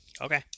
Okay